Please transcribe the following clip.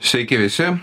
sveiki visi